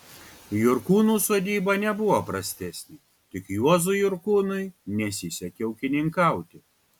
jurkūnų sodyba nebuvo prastesnė tik juozui jurkūnui nesisekė ūkininkauti